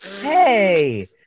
Hey